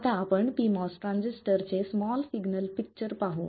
आता आपण pMOS transistor चे स्मॉल सिग्नल पिक्चर पाहू